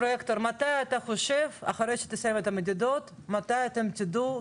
פרויקטור, אחרי שתסיים את המדידות, מתי תדעו?